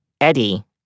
Eddie